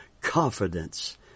confidence